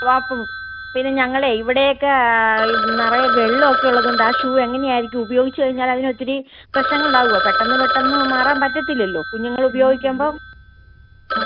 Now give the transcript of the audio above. വാപ്പു പിന്നെ ഞങ്ങളേ ഇവിടെയൊക്കെ നിറയെ വെള്ളം ഒക്കെ ഉള്ളതുകൊണ്ട് ആ ഷൂ എങ്ങനെ ആയിരിക്കും ഉപയോഗിച്ച് കഴിഞ്ഞാൽ അതിന് ഒത്തിരി പ്രശ്നങ്ങൾ ഉണ്ടാവുമോ പെട്ടെന്ന് പെട്ടെന്ന് മാറാൻ പറ്റത്തില്ലല്ലോ കുഞ്ഞുങ്ങൾ ഉപയോഗിക്കുമ്പം ആ